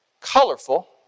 colorful